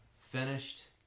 finished